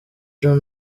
john